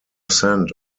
cent